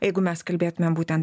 jeigu mes kalbėtumėm būten